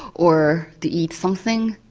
or to eat something.